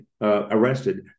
arrested